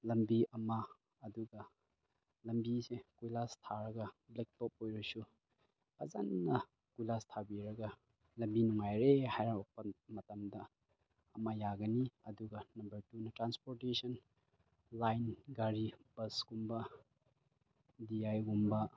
ꯂꯝꯕꯤ ꯑꯃ ꯑꯗꯨꯒ ꯂꯝꯕꯤꯁꯦ ꯀꯣꯏꯂꯥꯁ ꯊꯥꯔꯒ ꯕ꯭ꯂꯦꯛ ꯇꯣꯞ ꯑꯣꯏꯔꯁꯨ ꯐꯖꯅ ꯀꯣꯏꯂꯥꯁ ꯊꯥꯕꯤꯔꯒ ꯂꯝꯕꯤ ꯅꯨꯡꯉꯥꯏꯔꯦ ꯍꯥꯏꯔ ꯃꯇꯝꯗ ꯑꯃ ꯌꯥꯒꯅꯤ ꯑꯗꯨꯒ ꯅꯝꯕꯔ ꯇꯨꯅ ꯇ꯭ꯔꯥꯟꯁꯄꯣꯔꯇꯦꯁꯟ ꯂꯥꯏꯟ ꯒꯥꯔꯤ ꯕꯁꯀꯨꯝꯕ ꯗꯤ ꯑꯥꯏꯒꯨꯝꯕ